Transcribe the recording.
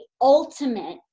ultimate